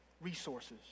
resources